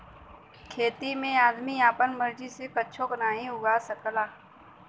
खेती में आदमी आपन मर्जी से कुच्छो नाहीं उगा सकला